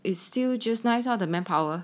is still just nice 的 manpower